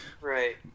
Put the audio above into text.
Right